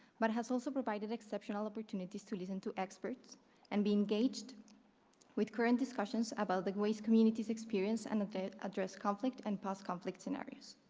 but has also provided exceptional opportunities to listen to experts and be engaged with current discussions about the ways communities experience and address conflict and post-conflict scenarios.